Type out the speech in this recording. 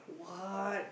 what